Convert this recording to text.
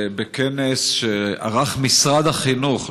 בכנס שערך משרד החינוך,